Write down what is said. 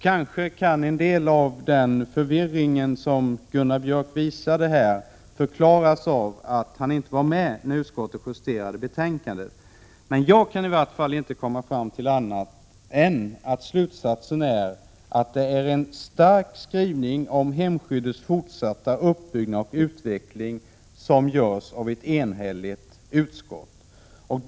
Kanske kan en del av den förvirring som Gunnar Björk visade här förklaras av att han inte var med när utskottet justerade betänkandet. Men jag kan i varje fall inte komma till någon annan slutsats än att det är en stark skrivning om hemskyddets fortsatta uppbyggnad och utveckling som görs av ett enhälligt utskott.